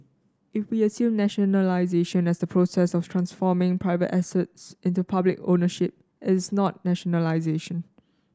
if we assume nationalisation as the process of transforming private assets into public ownership it is not nationalisation